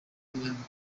imyambi